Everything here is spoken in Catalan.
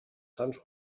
sants